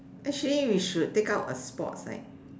actually we should take up a sports right